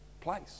place